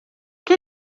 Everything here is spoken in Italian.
che